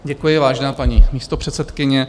Děkuji, vážená paní místopředsedkyně.